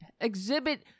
Exhibit